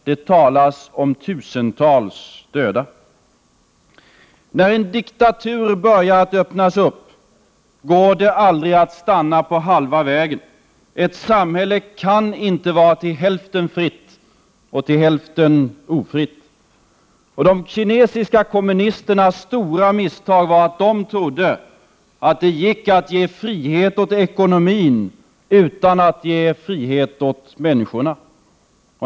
Det talas om tusentals döda. När en diktatur börjar att öppnas upp, går det aldrig att stanna på halva vägen. Ett samhälle kan inte vara till hälften fritt och till hälften ofritt. De kinesiska kommunisternas stora misstag var att de trodde att det gick att ge frihet åt ekonomin utan att ge frihet åt människorna.